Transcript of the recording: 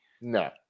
No